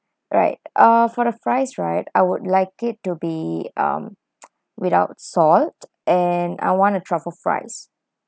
alright uh for the fries right I would like it to be um without salt and I want a truffle fries